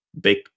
big